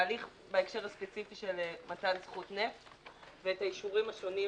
בהקשר הספציפי של מתן זכות נפט ואת האישורים השונים,